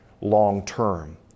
long-term